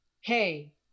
hey